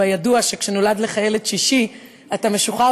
בידוע שכשנולד לך ילד שישי אתה משוחרר